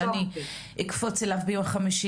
אז אני אגיע ביום חמישי